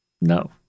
No